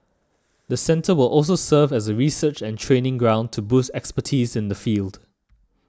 the centre will also serve as a research and training ground to boost expertise in the field